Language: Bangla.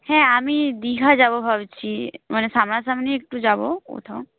হ্যাঁ আমি দীঘা যাব ভাবছি মানে সামনাসামনি একটু যাব কোথাও